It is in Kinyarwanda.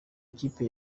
ikipe